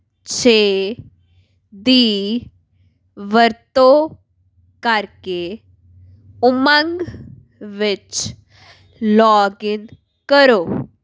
ਛੇ ਦੀ ਵਰਤੋਂ ਕਰਕੇ ਉਮੰਗ ਵਿੱਚ ਲੌਗਇਨ ਕਰੋ